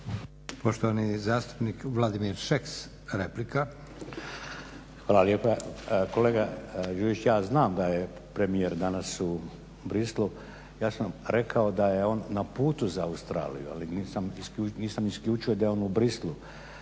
Poštovani zastupnik Vladimir Šeks, replika. **Šeks, Vladimir (HDZ)** Hvala lijepa. Kolega Đujić ja znam da je premijer danas u Bruxellesu, ja sam rekao da je on na putu za Australiju, ali nisam isključio da je on u Bruxellesu.